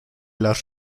las